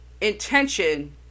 intention